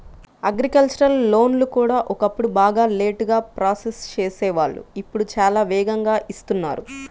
agricultural లోన్లు కూడా ఒకప్పుడు బాగా లేటుగా ప్రాసెస్ చేసేవాళ్ళు ఇప్పుడు చాలా వేగంగా ఇస్తున్నారు